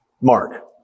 mark